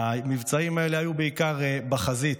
המבצעים האלה היו בעיקר בחזית.